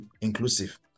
inclusive